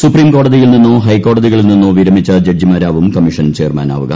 supreme കോടതിയിൽ നിന്നോ ഹൈക്കോടതികളിൽ നിന്നോ വിരമിച്ച ജഡ്ജിമാരാവും കമ്മിഷൻ ചെയർമാനാവുക